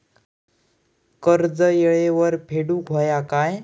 कर्ज येळेवर फेडूक होया काय?